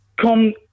come